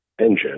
engine